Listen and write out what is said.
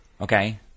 okay